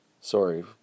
Sorry